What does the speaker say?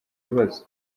bibazo